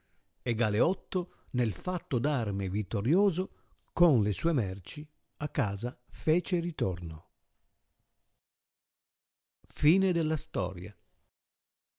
e galeotto nel fatto d'arme vittorioso con le sue merci a casa fece ritorno la